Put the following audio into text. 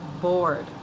bored